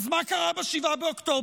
אז מה קרה ב-7 באוקטובר?